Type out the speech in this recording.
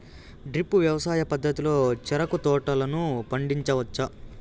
drip వ్యవసాయ పద్ధతిలో చెరుకు తోటలను పండించవచ్చా